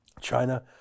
China